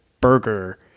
burger